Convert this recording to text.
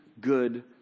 good